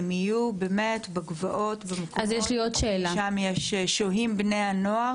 הם יהיו באמת בגבעות במקומות ששם שוהים בני הנוער